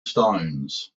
stones